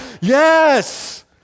Yes